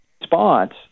response